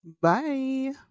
Bye